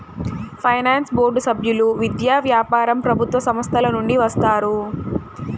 finance board సభ్యులు విద్య, వ్యాపారం ప్రభుత్వ సంస్థల నుండి వస్తారు